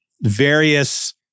various